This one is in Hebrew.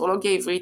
אסטרולוגיה עברית,